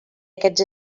aquests